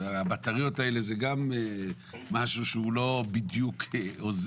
הבטריות האלה זה גם משהו שהוא לא בדיוק עוזר